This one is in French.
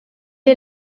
est